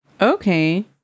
Okay